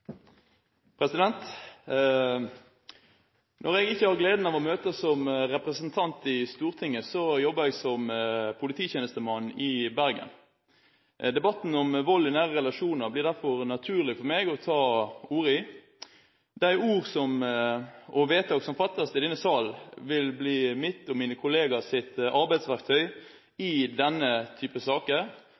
Når jeg ikke har gleden av å møte som representant i Stortinget, jobber jeg som polititjenestemann i Bergen. I debatten om vold i nære relasjoner blir det derfor naturlig for meg å ta ordet. De ord som sies, og de vedtak som fattes i denne sal, vil bli mitt og mine kollegers arbeidsverktøy i denne type saker.